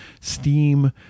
steam